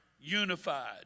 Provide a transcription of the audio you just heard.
unified